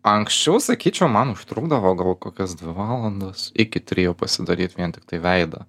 anksčiau sakyčiau man užtrukdavo gal kokias dvi valandas iki trijų pasidaryt vien tiktai veidą